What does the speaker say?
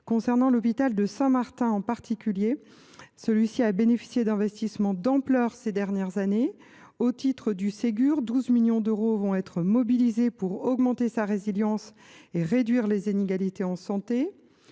nombreux. L’hôpital de Saint Martin, en particulier, a bénéficié d’investissements d’ampleur ces dernières années. Au titre du Ségur, 12 millions d’euros seront mobilisés pour augmenter sa résilience et réduire les inégalités en santé.